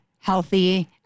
healthy